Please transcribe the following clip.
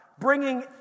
bringing